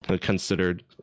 considered